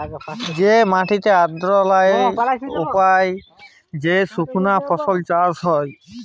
যে মাটিতে আর্দ্রতা লাই উয়ার উপর যে সুকনা ফসল চাষ হ্যয়